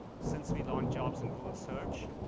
since we launched jobs in google search,